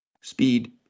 speed